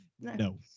No